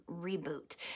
reboot